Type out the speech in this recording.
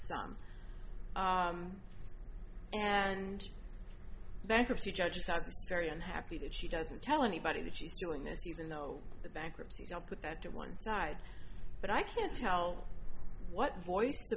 songs and bankruptcy judges are very unhappy that she doesn't tell anybody that she's doing this even though the bankruptcy don't put that to one side but i can't tell what voice the